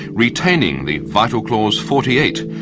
retaining the vital clause forty eight,